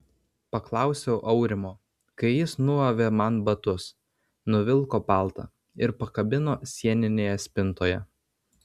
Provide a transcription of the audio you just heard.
paklausiau aurimo kai jis nuavė man batus nuvilko paltą ir pakabino sieninėje spintoje